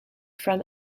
from